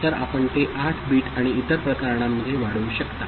तर आपण ते 8 बिट आणि इतर प्रकरणांमध्ये वाढवू शकता